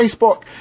Facebook